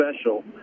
special